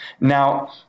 Now